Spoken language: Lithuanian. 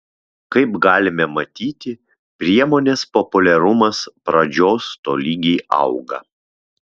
kaip galime matyti priemonės populiarumas pradžios tolygiai auga